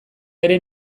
ere